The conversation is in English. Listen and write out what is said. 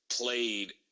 played